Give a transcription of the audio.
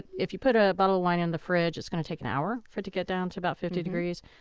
if you put a bottle of wine in the fridge, it's going to take an hour for it to get down to about fifty degrees.